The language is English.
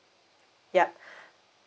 yup